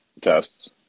tests